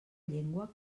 llengua